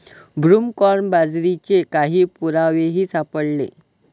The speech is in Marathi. ब्रूमकॉर्न बाजरीचे काही पुरावेही सापडले